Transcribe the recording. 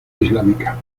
islámica